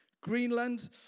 Greenland